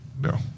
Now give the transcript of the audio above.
no